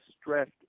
stressed